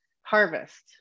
harvest